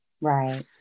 Right